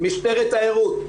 משטרת תיירות,